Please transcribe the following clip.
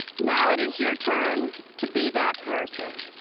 now it is your turn to be that person.